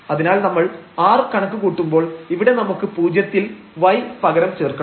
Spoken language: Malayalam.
അതിനാൽ നമ്മൾ r കണക്കുകൂട്ടുമ്പോൾ ഇവിടെ നമുക്ക് പൂജ്യത്തിൽ y പകരം ചേർക്കണം